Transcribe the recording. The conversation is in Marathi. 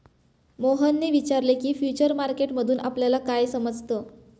मोहनने विचारले की, फ्युचर मार्केट मधून आपल्याला काय समजतं?